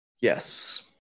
Yes